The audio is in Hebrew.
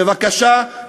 בבקשה,